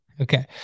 Okay